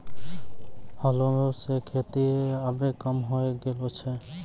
हलो सें खेती आबे कम होय गेलो छै